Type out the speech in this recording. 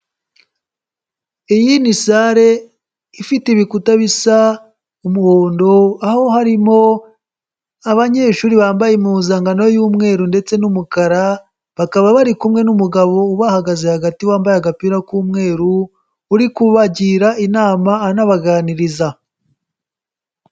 Iyi ni salle ifite ibikuta bisa umuhondo aho harimo abanyeshuri bambaye impuzankano y'umweru ndetse n'umukara, bakaba bari kumwe n'umugabo ubahagaze hagati wambaye agapira k'umweru uri kubagira inama anabaganiriza.